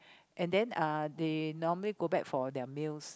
and then uh they normally go back for their meals